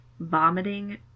vomiting